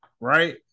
Right